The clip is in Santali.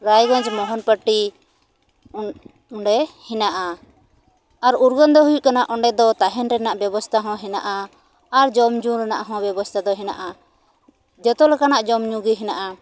ᱨᱟᱭᱜᱚᱧᱡ ᱢᱚᱦᱚᱱ ᱯᱟᱴᱤ ᱩᱱ ᱚᱸᱰᱮ ᱦᱮᱱᱟᱜᱼᱟ ᱟᱨ ᱩᱨᱜᱟᱹᱱ ᱫᱚ ᱦᱩᱭᱩᱜ ᱠᱟᱱᱟ ᱚᱸᱰᱮ ᱫᱚ ᱛᱟᱦᱮᱱ ᱨᱮᱱᱟᱜ ᱵᱮᱵᱚᱥᱛᱟ ᱦᱚᱸ ᱦᱮᱱᱟᱜᱼᱟ ᱟᱨ ᱡᱚᱢ ᱧᱩ ᱨᱮᱱᱟᱜ ᱦᱚᱸ ᱵᱮᱵᱚᱥᱛᱟ ᱫᱚ ᱦᱮᱱᱟᱜᱼᱟ ᱡᱚᱛᱚ ᱞᱮᱠᱟᱱᱟᱜ ᱡᱚᱢ ᱧᱩ ᱜᱮ ᱦᱮᱱᱟᱜᱼᱟ